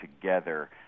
together